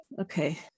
okay